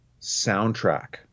soundtrack